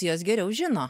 jos geriau žino